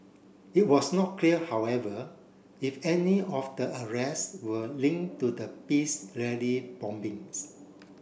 it was not clear however if any of the arrest were linked to the peace rally bombings